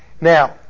Now